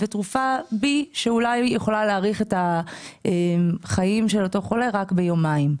ותרופה B שאולי יכולה להעריך את החיים של אותו חולה רק ביומיים.